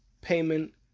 Payment